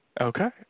Okay